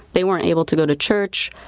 they weren't able to go to church.